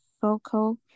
focal